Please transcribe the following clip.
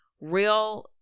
real